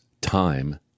Time